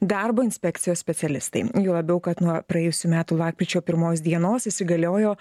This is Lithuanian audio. darbo inspekcijos specialistai juo labiau kad nuo praėjusių metų lapkričio pirmos dienos įsigaliojo